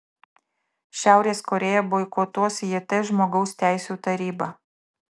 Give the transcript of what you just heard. šiaurės korėja boikotuos jt žmogaus teisių tarybą